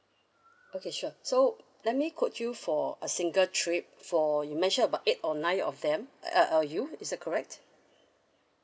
okay sure so let me quote you for a single trip for you mention about eight or nine of them uh uh you is that correct